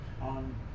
on